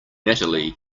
natalie